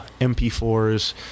mp4s